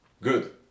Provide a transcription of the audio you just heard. Good